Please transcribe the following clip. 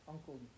Uncle